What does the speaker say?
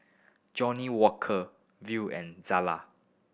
Johnnie Walker Viu and Zala